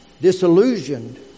disillusioned